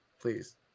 please